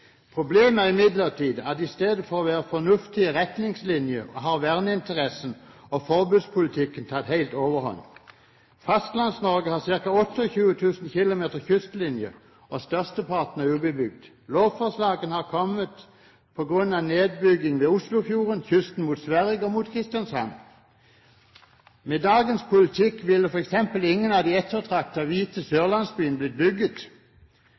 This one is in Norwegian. Problemet er imidlertid at i stedet for å ha fornuftige retningslinjer har verneinteressen og forbudspolitikken tatt helt overhånd. Fastlands-Norge har ca. 25 000 km kystlinje, og størsteparten er ubebygd. Lovforslagene har kommet på grunn av bygging ved Oslofjorden, ved kysten mot Sverige og ved Kristiansand. Med dagens politikk ville f.eks. ingen av de ettertraktede hvite sørlandsbyene blitt bygget.